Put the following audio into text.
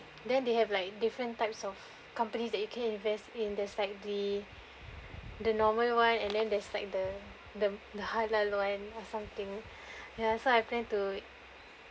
then they have like different types of companies that you can invest in there's like the the normal one and then there's like the the the halal one or something ya so I plan to